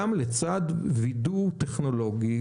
גם לצד וידוא טכנולוגי,